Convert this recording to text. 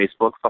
Facebook